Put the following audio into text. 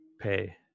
pay